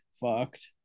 fucked